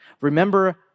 Remember